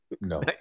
no